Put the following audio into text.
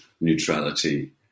neutrality